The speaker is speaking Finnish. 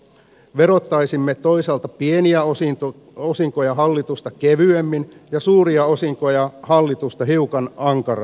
verottaisimme toisaalta pieniä osinkoja hallitusta kevyemmin ja suuria osinkoja hallitusta hiukan ankarammin